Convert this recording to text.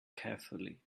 carefully